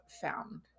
found